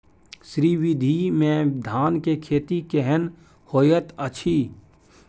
श्री विधी में धान के खेती केहन होयत अछि?